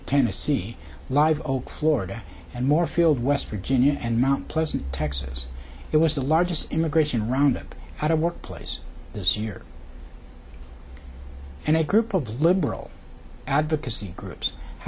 tennessee live oak florida and morefield west virginia and mt pleasant texas it was the largest immigration roundup out of work place this year and a group of liberal advocacy groups